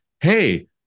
hey